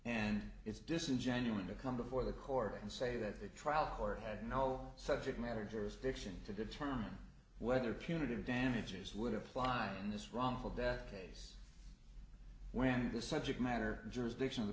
and it's disingenuous to come before the court and say that the trial court had all subject matter jurisdiction to determine whether punitive damages would apply in this wrongful death case when the subject matter jurisdiction of the